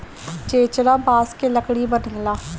चेचरा बांस के लकड़ी बनेला